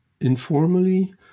informally